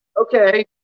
okay